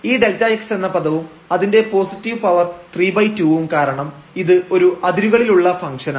ഈ Δx എന്ന പദവും അതിന്റെ പോസിറ്റീവ് പവർ 32 വും കാരണം ഇത് ഒരു അതിരുകളിൽ ഉള്ള ഫങ്ക്ഷനാണ്